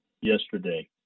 yesterday